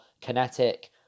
kinetic